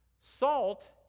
Salt